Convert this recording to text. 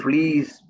Please